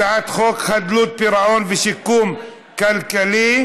הצעת חוק חדלות פירעון ושיקום כלכלי,